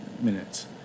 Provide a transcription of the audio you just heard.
minutes